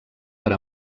per